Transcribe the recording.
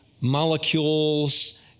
molecules